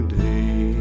day